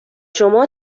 شما